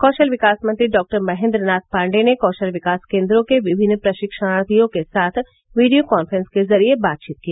कौशल विकास मंत्री डॉक्टर महेंद्र नाथ पांडेय ने कौशल विकास केंद्रों के विभिन्न प्रशिक्षणार्थियों के साथ वीडियो काफ्रेंस के जरिए बातचीत की